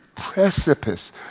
precipice